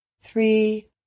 three